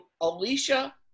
Alicia